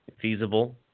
feasible